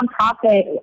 nonprofit